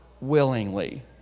willingly